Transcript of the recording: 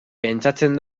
pentsatzen